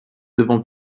devant